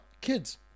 kids